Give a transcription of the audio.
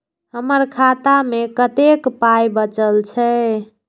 हमर खाता मे कतैक पाय बचल छै